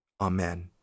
Amen